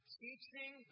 teaching